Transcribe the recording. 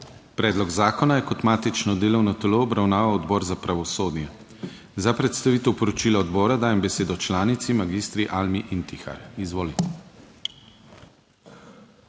Predlog zakona je kot matično delovno telo obravnaval Odbor za pravosodje. Za predstavitev poročila odbora dajem besedo članici magistri Almi Intihar. Izvoli.